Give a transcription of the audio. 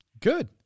good